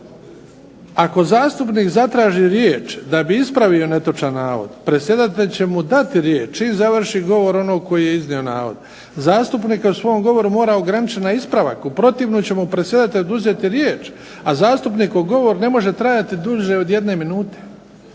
"Ako zastupnik zatraži riječ da bi ispravio netočan navod predsjedatelj će mu dati riječ čim završi govor onog koji je iznio navod. Zastupnik se u svom govoru mora ograničiti na ispravak. U protivnom će mu predsjedatelj oduzeti riječ, a zastupnikov govor ne može trajati duže o jedne minute".